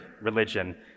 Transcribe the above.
religion